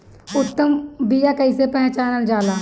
उत्तम बीया कईसे पहचानल जाला?